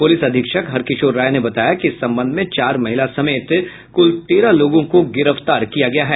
police अधीक्षक हर किशोर राय ने बताया कि इस संबंध में चार महिला समेत कुल तेरह लोगों को गिरफ्तार किया गया है